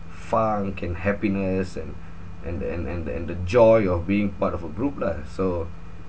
funk and happiness and and the and and the and the joy of being part of a group lah so